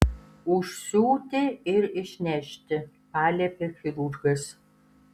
užsiūti ir išnešti paliepė chirurgas